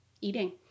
eating